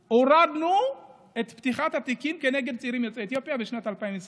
הורדנו את פתיחת התיקים כנגד צעירים יוצאי אתיופיה בשנת 2020 ב-1.9%.